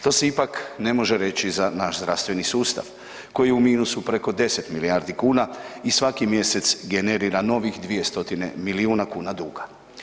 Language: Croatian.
To se ipak ne može reći za naš zdravstveni sustav koji je u minusu preko 10 milijardi kuna i svaki mjesec generira novih 200 milijuna kuna duga.